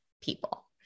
people